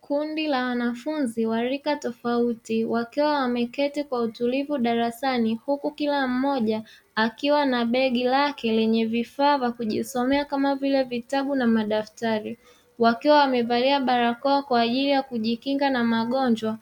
Kundi la wanafunzi wa rika tofauti wakiwa wameketi kwa utulivu darasani; huku kila mmoja akiwa na begi lake lenye vifaa vya kujisomea kama vile vitabu na madaftari, wakiwa wamevalia barakoa kwaajili ya kujinginga na magonjwa,